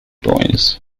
boys